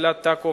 דקלה טקו,